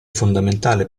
fondamentale